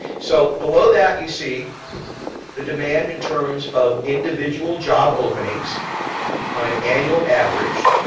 so below that, you see the demand in terms of individual job openings on an annual average,